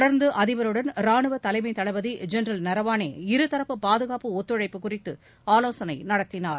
தொடர்ந்து அதிபருடன் ராணுவ தலைமை தளபதி ஜென்ரல் நரவானே இருதரப்பு பாதுகாப்பு ஒத்துழைப்பு குறித்து ஆலோசனை நடத்தினார்